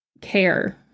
care